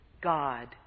God